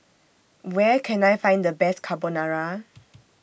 Where Can I Find The Best Carbonara